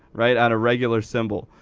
right, on a regular symbol.